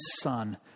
son